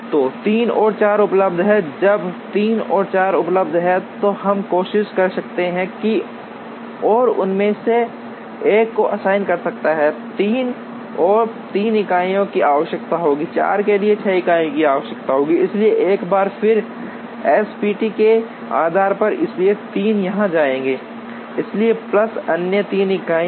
तो 3 और 4 उपलब्ध हैं जब 3 और 4 उपलब्ध हैं तो हम कोशिश कर सकते हैं और उनमें से एक को असाइन कर सकते हैं 3 को 3 इकाइयों की आवश्यकता होती है 4 के लिए 6 इकाइयों की आवश्यकता होती है इसलिए एक बार फिर एसपीटी के आधार पर इसलिए 3 यहां जाएंगे इसलिए प्लस अन्य 3 इकाइयाँ